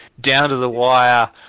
down-to-the-wire